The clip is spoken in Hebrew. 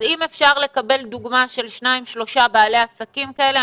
אם אפשר לקבל דגמה של שניים-שלושה בעלי עסקים כאלה,